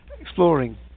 exploring